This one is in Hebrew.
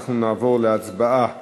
אנחנו נעבור להצבעה